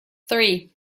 three